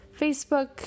Facebook